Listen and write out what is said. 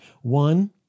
One